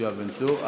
יואב בן צור.